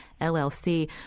LLC